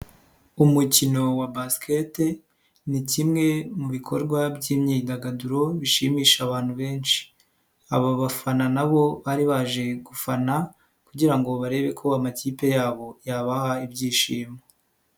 Umukino wa basiketi ni kimwe mu bikorwa by'imyidagaduro bishimisha abantu benshi, aba bafana na bo bari baje gufana kugira ngo barebe ko amakipe yabo yabaha ibyishimo.